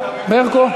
ברקו,